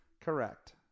Correct